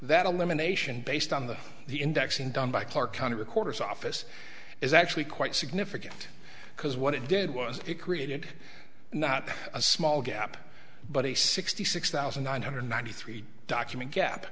that elimination based on the indexing done by clark county recorder's office is actually quite significant because what it did was it created not a small gap but a sixty six thousand nine hundred ninety three document gap